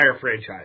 franchise